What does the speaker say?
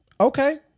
Okay